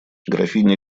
графиня